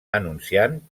anunciant